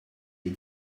les